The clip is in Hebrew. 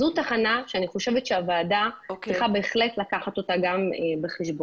זו תחנה שאני חושבת שהוועדה צריכה בהחלט לקחת אותה בחשבון.